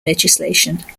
legislation